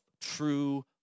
true